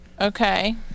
okay